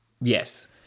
Yes